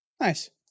Nice